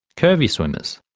curvy swimmers?